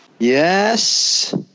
Yes